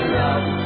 love